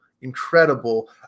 incredible